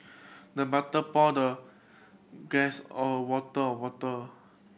the butler poured the guest a water of water